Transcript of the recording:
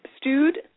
stewed